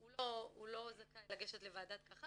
הוא לא זכאי לגשת לוועדת קח"ר,